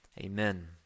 Amen